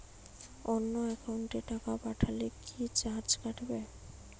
অন্য একাউন্টে টাকা পাঠালে কি চার্জ কাটবে?